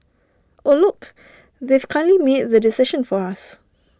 oh look they've kindly made the decision for us